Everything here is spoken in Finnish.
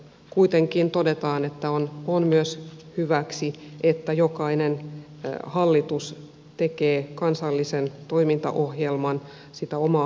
kuitenkin todetaan että on myös hyväksi että jokainen hallitus tekee kansallisen toimintaohjelman sitä omaa hallituskautta varten